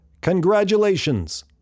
Congratulations